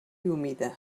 humida